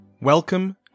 Welcome